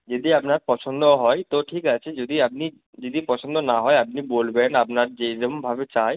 যদি আপনার পছন্দ হয় তো ঠিক আছে যদি আপনি যদি পছন্দ না হয় আপনি বলবেন আপনার যেই রকম ভাবে চাই